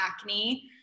acne